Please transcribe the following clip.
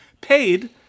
paid